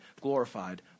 glorified